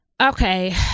Okay